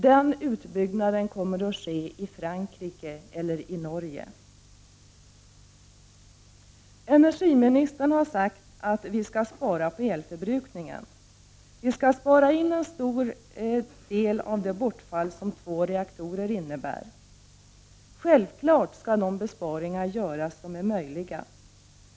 Den utbyggnaden kommer att ske i Frankrike eller i Norge. Energiministern har sagt att vi skall spara på elförbrukningen. Vi skall spara in en stor del av det bortfall som två reaktorer innebär. Självfallet skall de besparingar göras som är möjliga.